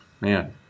Man